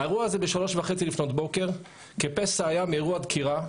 האירוע הזה ב-03:30 לפנות בוקר כפסע היה מאירוע דקירה,